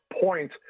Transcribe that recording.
point